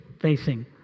facing